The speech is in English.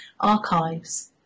archives